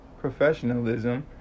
professionalism